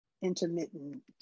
intermittent